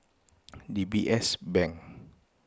D B S Bank